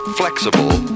flexible